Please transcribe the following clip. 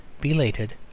belated